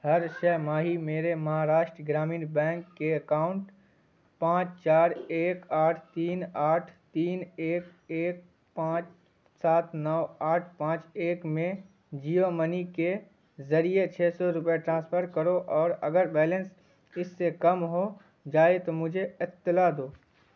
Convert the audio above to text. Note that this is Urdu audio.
ہر سہ ماہی میرے مہاراشٹر گرامین بینک کے اکاؤنٹ پانچ چار ایک آٹھ تین آٹھ تین ایک ایک پانچ سات نو آٹھ پانچ ایک میں جیو منی کے ذریع چھے سو روپئے ٹرانسفر کرو اور اگر بیلنس اس سے کم ہو جائے تو مجھے اطلاع دو